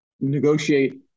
negotiate